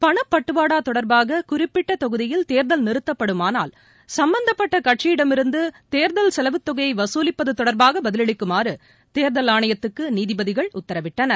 பணப்பட்டுவாடாதொடர்பாக குறிப்பிட்டதொகுதியில் தேர்தல் நிறுத்தப்படுமானால் சும்பந்தப்பட்டகட்சியிடமிருந்துதேர்தல் தொகையைவசூலிப்பதுதொடர்பாகபதிலளிக்குமாறுதேர்தல் ஆணையத்துக்குநீதிபதிகள் உத்தரவிட்டனர்